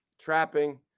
trapping